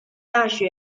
大学